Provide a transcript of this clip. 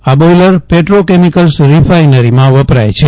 આ boiler petrochemicals રિફાઇનરીમાં વપરાય છે